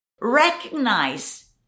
recognize